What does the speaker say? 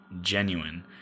genuine